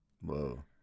Whoa